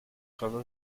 cover